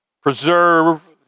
preserve